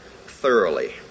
thoroughly